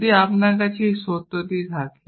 যদি আপনার কাছে এই সত্যটি থাকে